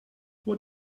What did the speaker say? what